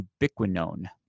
ubiquinone